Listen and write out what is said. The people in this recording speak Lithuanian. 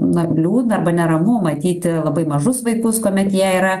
na liūdna arba neramu matyti labai mažus vaikus kuomet jie yra